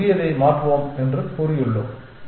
நாம் புதியதை மாற்றுவோம் என்று கூறியுள்ளோம்